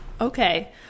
Okay